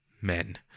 men